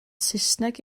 saesneg